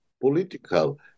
political